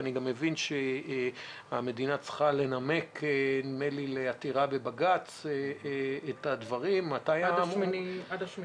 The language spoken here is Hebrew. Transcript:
אני מבין שהמדינה צריכה לנמק לעתירה בבג"ץ את הדברים עד ה-8